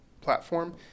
platform